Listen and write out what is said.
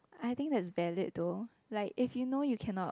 I think that's valid though like if you know you cannot